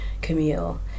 Camille